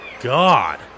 God